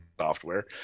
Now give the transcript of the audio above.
software